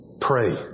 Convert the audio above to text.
pray